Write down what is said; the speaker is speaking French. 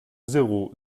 zéro